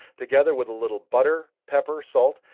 together with a little butter, pepper, salt,